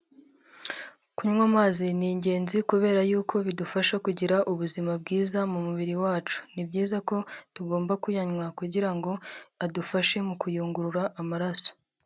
Kunywa amazi ni ingenzi kubera yuko bidufasha kugira ubuzima bwiza mu mubiri wacu, ni byiza ko tugomba kuyanywa kugira ngo adufashe mu kuyungurura amaraso.